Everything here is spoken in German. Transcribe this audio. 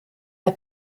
der